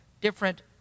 different